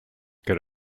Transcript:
good